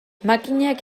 makinak